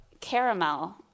caramel